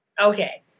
Okay